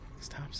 Stop